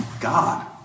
God